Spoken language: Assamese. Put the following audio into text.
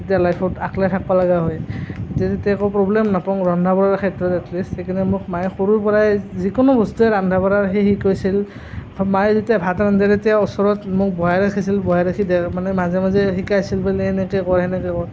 যেতিয়া লাইফত অকলে থাকিব লগা হয় তেতিয়া যাতে একো প্ৰৱ্লেম নাপাওঁ ৰন্ধা বঢ়াৰ ক্ষেত্ৰত এটলিষ্ট সেইকাৰণে মোক মায়ে সৰুৰ পৰাই যিকোনো বস্তুৱে ৰন্ধা বঢ়া সেই শিকাইছিল মায়ে যেতিয়া ভাত ৰান্ধে তেতিয়া ওচৰত মোক বহাই ৰাখিছিল বহাই ৰাখি দে মানে মাজে মাজে শিকাইছিল বোলে এনেকৈ কৰ সেনেকৈ কৰ